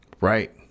Right